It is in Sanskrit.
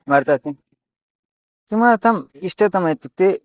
वर्तते किमर्थम् इष्टतमं इत्युक्ते